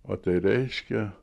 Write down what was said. o tai reiškia